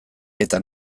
eta